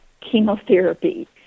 chemotherapy